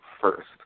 first